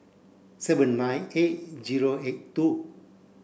seven nine eight zero eight two